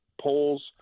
polls